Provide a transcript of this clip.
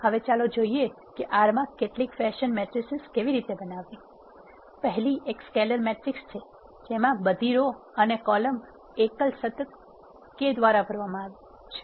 હવે ચાલો જોઈએ કે R માં કેટલીક ફેશન મેટ્રિસીસ કેવી રીતે બનાવવી પહેલી એક સ્કેલેર મેટ્રિક્સ છે જેમાં બધી રો અને કોલમ એકલ સતત કે દ્વારા ભરવામાં આવે છે